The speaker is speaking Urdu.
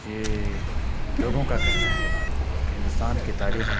یہ لوگوں کا کہنا ہے کہ ہندوستان کی تاریخ